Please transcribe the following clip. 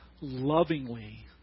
lovingly